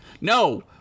No